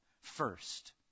First